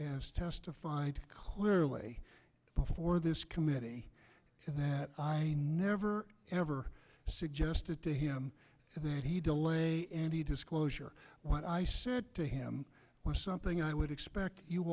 testified clearly before this committee that i never ever suggested to him that he delay any disclosure what i said to him was something i would expect you